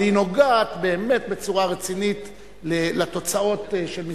אבל היא נוגעת באמת בצורה רצינית לתוצאות של משרדך.